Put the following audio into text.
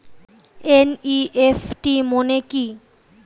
NEFT মনে কি?